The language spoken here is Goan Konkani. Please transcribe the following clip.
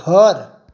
घर